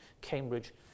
Cambridge